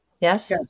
Yes